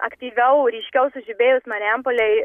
aktyviau ryškiau sužibėjus marijampolei